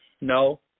No